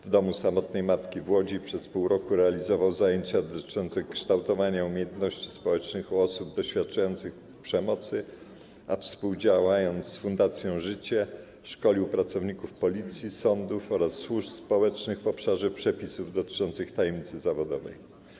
W Domu Samotnej Matki w Łodzi przez pół roku realizował zajęcia dotyczące kształtowania umiejętności społecznych u osób doświadczających przemocy, a współdziałając z Fundacją Życie, szkolił pracowników Policji, sądów oraz służb społecznych w obszarze przepisów dotyczących tajemnicy zawodowej.